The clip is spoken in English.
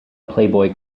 playboy